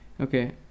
okay